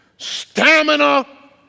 Stamina